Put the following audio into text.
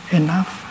enough